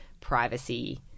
privacy